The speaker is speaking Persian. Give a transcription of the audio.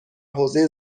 حوزه